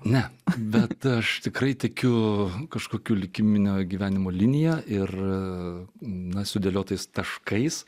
ne bet aš tikrai tikiu kažkokiu likimino gyvenimo linija ir na sudėliotais taškais